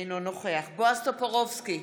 אינו נוכח בועז טופורובסקי,